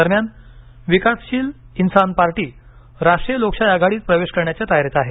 दरम्यान विकासशील इनसान पार्टी राष्ट्रीय लोक शाही आघाडीत प्रवेश करण्याच्या तयारीत आहे